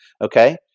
Okay